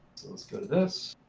so let's go to this.